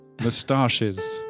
Moustaches